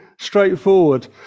straightforward